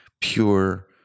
pure